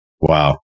Wow